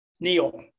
Neil